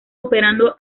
operando